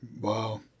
Wow